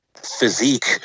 physique